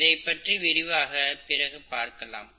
இதைப்பற்றி விரிவாக பிறகு பார்க்கலாம்